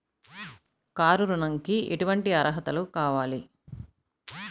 Car ఋణంకి ఎటువంటి అర్హతలు కావాలి?